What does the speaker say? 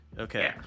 Okay